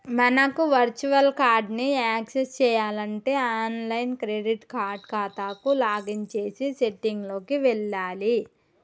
మనకు virtual card ని access చేయాలంటే ఆన్లైన్ క్రెడిట్ కార్డ్ ఖాతాకు లాగిన్ చేసి సెట్టింగ్ లోకి వెళ్లాలి